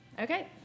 Okay